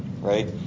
right